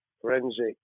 forensic